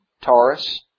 Taurus